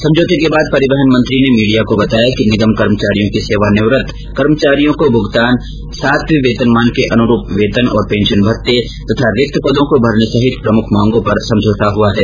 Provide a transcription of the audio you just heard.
समझौते के बाद परिवहन मंत्री ने मीडिया को बताया कि निगम कर्मचारियों की सेवानिवृत्त कर्मचारियों को भुगतान सातवें वेतनमान के अनुरुप वेतन और पेंशन भत्ते तथा रिक्त पदों को भरने सहित प्रमुख मांगों पर समझौता हुआ हैं